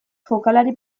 jokalari